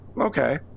Okay